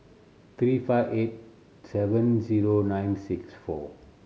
three five eight seven zero nine six four